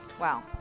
Wow